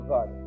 God